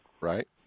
Right